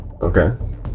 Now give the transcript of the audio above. Okay